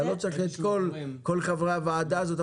אתה לא צריך את כל חברי הוועדה הזאת,